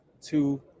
two